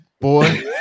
boy